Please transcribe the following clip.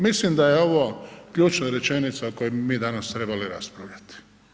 Mislim da je ovo ključna rečenica o kojoj bi mi danas trebali raspravljati.